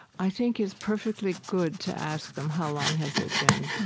i think it's perfectly good to ask them, how long has it been?